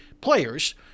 players